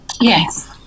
yes